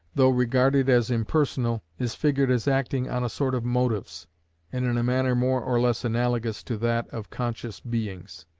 though regarded as impersonal, is figured as acting on a sort of motives, and in a manner more or less analogous to that of conscious beings.